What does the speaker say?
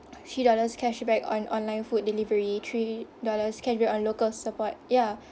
three dollars cashback on online food delivery three dollars cashback on local support ya